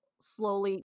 slowly